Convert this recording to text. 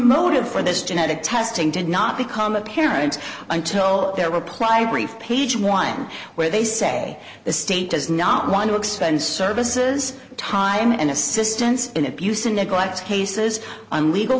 motive for this genetic testing did not become apparent until their reply brief page one where they say the state does not want to expend services time and assistance in abuse and neglect cases on legal